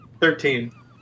Thirteen